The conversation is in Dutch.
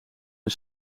een